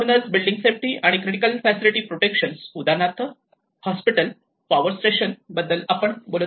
म्हणूनच building safety आणि critical facility protection उदाहरणार्थ हॉस्पिटल पॉवर स्टेशन बद्दल आपण बोलत आहोत